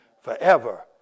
forever